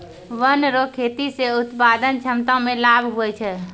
वन रो खेती से उत्पादन क्षमता मे लाभ हुवै छै